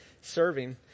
serving